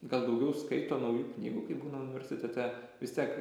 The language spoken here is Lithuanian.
gal daugiau skaito naujų knygų kai būna universitete vis tiek